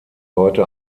heute